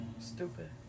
Stupid